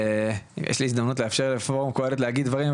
יש לי הזדמנות לאפשר לפורום קהלת להגיד דברים,